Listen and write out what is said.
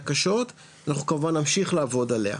אנחנו כמובן נמשיך לעבוד עליה.